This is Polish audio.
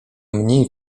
mniej